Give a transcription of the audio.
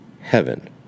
heaven